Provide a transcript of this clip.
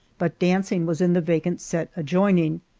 but dancing was in the vacant set adjoining.